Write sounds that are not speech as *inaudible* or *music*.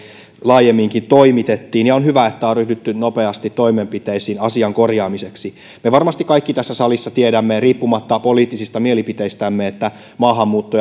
laajemminkin toimitettiin ja on hyvä että on ryhdytty nopeasti toimenpiteisiin asian korjaamiseksi me varmasti kaikki tässä salissa tiedämme riippumatta poliittisista mielipiteistämme että maahanmuutto *unintelligible*